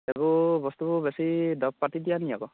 এইবোৰ বস্তুবোৰ বেছি দৰব পাতি দিয়া নি আকৌ